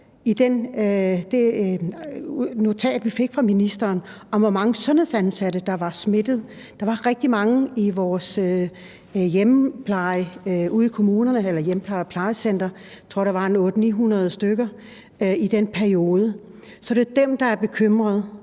i det notat, vi fik fra ministeren, om, hvor mange sundhedsansatte der var smittet, at der var rigtig mange i vores hjemmepleje og plejecentre ude i kommunerne. Jeg tror, at der var 800-900 stykker i den periode. Så det er jo dem, der er bekymrede,